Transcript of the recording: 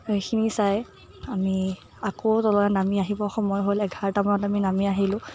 সেইখিনি চাই আমি আকৌ তললৈ নামি আহিবৰ সময় হ'ল এঘাৰটা মানত আমি নামি আহিলো